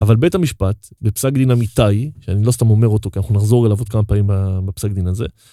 אבל בית המשפט בפסק דין אמיתי, שאני לא סתם אומר אותו כי אנחנו נחזור אליו עוד כמה פעמים בפסק דין הזה.